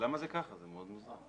זה מאוד מוזר.